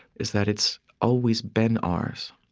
is that it's always been ours.